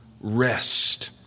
rest